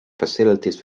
facilities